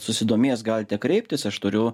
susidomės galite kreiptis aš turiu